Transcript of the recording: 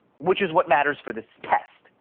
which is what matters for this test.